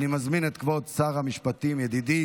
אני מזמין את כבוד שר המשפטים ידידי